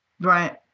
Right